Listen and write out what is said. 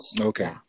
okay